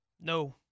no